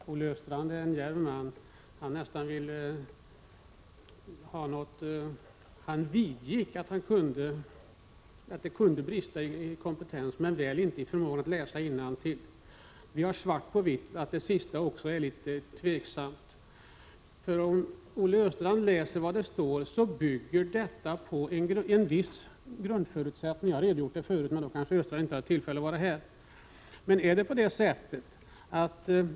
Fru talman! Olle Östrand är en djärv man. Han vidgick att det kunde brista i kompetens, men väl inte i förmågan att läsa innantill. Vi har nu svart på vitt på att det är litet tveksamt också med det sistnämnda. Om Olle Östrand läser vad som står i reservationen kan han nämligen konstatera att detta bygger på en viss grundförutsättning — jag har redogjort för denna tidigare, men då hade Olle Östrand kanske inte tillfälle att vara närvarande i kammaren.